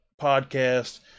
podcast